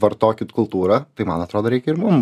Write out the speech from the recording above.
vartokit kultūrą tai man atrodo reikia ir mum